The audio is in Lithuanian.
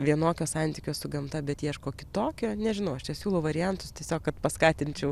vienokio santykio su gamta bet ieško kitokio nežinau aš čia siūlau variantus tiesiog kad paskatinčiau